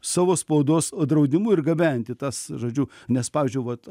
savo spaudos draudimui ir gabenti tas žodžiu nes pavyzdžiui vat